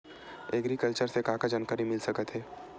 Agriculture से का का जानकारी मिल सकत हे?